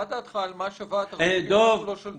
מה דעתך על מה שווה התרבות אם לא שולטים בה?